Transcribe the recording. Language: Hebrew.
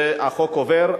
והחוק עובר.